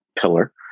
pillar